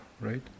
right